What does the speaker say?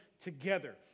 together